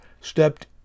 stepped